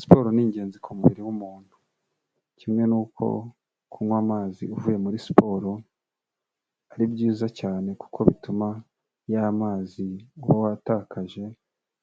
Siporo ni ingenzi ku mubiri w'umuntu. kimwe nuko kunywa amazi uvuye muri siporo, ari byiza cyane kuko bituma y'amazi uba watakaje